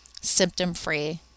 symptom-free